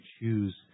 choose